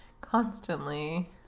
constantly